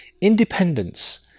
Independence